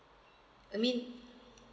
that mean